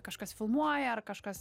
kažkas filmuoja ar kažkas